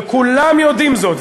וכולם יודעים זאת,